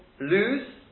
lose